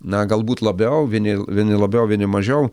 na galbūt labiau vieni vieni labiau vieni mažiau